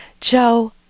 Joe